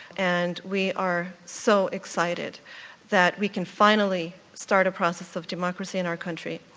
and we are so excited that we can finally start a process of democracy in our country.